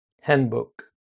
handbook